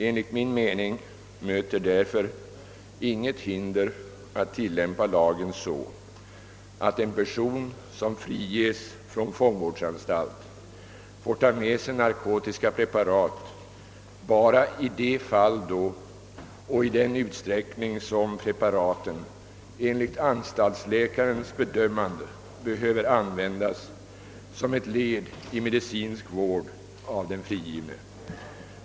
Enligt min mening möter därför inget hinder att tillämpa lagen så att en person, som friges från fångvårdsanstalt, får ta med sig narkotiska preparat bara i de fall då och i den utsträckning som preparaten enligt anstaltsläkarens bedömande behöver användas såsom ett led i en medicinsk vård av den frigivne.